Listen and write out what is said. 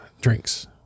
drinks